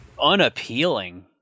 unappealing